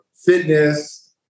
fitness